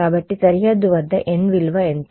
కాబట్టి సరిహద్దు వద్ద n విలువ ఎంత